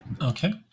Okay